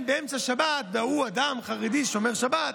הוא אדם חרדי, שומר שבת,